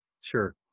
Sure